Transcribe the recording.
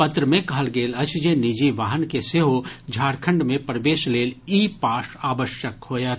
पत्र मे कहल गेल अछि जे निजी वाहन के सेहो झारखंड मे प्रवेश लेल ई पास आवश्यक होयत